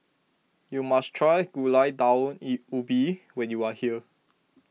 you must try Gulai Daun E Ubi when you are here